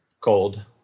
Cold